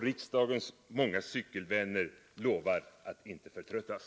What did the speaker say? Riksdagens många cykelvänner lovar att inte förtröttas!